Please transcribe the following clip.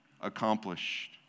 accomplished